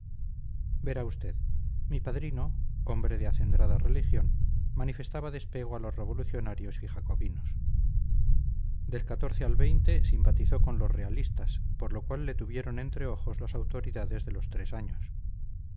verá usted mi padrino hombre de acendrada religión manifestaba despego a los revolucionarios y jacobinos del al simpatizó con los realistas por lo cual le tuvieron entre ojos las autoridades de los tres años